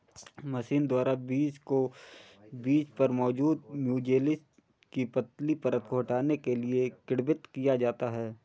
machine द्वारा बीज को बीज पर मौजूद म्यूसिलेज की पतली परत को हटाने के लिए किण्वित किया जाता है